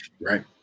Right